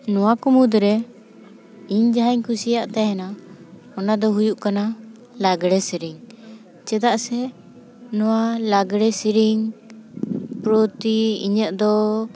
ᱱᱚᱶᱟ ᱠᱚ ᱢᱩᱫᱽᱨᱮ ᱤᱧ ᱡᱟᱦᱟᱸᱧ ᱠᱩᱥᱤᱭᱟᱜ ᱛᱟᱦᱮᱱᱟ ᱚᱱᱟᱫᱚ ᱦᱩᱭᱩᱜ ᱠᱟᱱᱟ ᱞᱟᱜᱽᱲᱮ ᱥᱮᱨᱮᱧ ᱪᱮᱫᱟᱜ ᱥᱮ ᱱᱚᱶᱟ ᱞᱟᱜᱽᱲᱮ ᱥᱮᱨᱮᱧ ᱯᱨᱚᱛᱤ ᱤᱧᱟᱹᱜ ᱫᱚ